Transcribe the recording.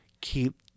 keep